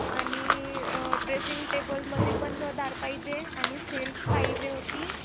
आणि ड्रेसिंग टेबलमध्ये पण दार पाहिजे आणि सेल्फ पाहिजे होती